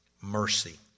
mercy